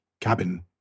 cabin